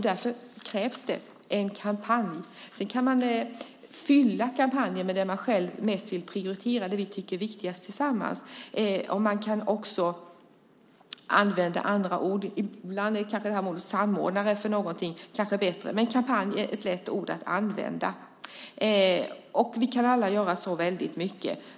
Därför krävs det en kampanj. Sedan kan vi fylla kampanjer med det vi själva mest prioriterar. Ibland kan andra ord användas, till exempel samordnare, men kampanj är ett lätt ord att använda. Vi kan alla göra så mycket.